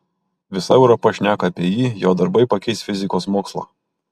visa europa šneka apie jį jo darbai pakeis fizikos mokslą